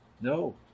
No